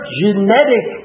genetic